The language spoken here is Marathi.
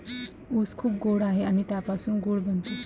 ऊस खूप गोड आहे आणि त्यापासून गूळ बनतो